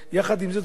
יחד עם זאת,